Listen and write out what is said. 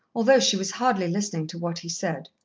although she was hardly listening to what he said.